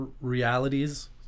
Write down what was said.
realities